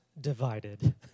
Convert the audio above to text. divided